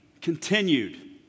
continued